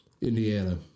Indiana